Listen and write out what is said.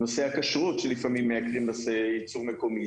נושאי הכשרות שלפעמים מייקרים את הייצור המקומי,